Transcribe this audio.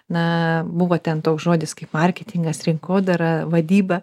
na buvo ten toks žodis kaip marketingas rinkodara vadyba